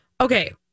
Okay